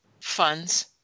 funds